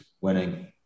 winning